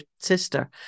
sister